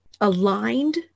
aligned